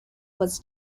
was